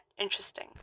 interesting